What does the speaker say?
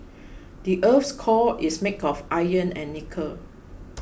the earth's core is made of iron and nickel